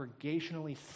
congregationally